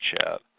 chat